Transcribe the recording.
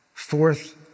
Fourth